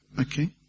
Okay